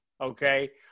okay